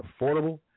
affordable